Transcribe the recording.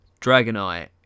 Dragonite